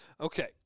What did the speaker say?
Okay